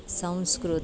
संस्कृतं